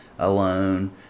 alone